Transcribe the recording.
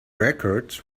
records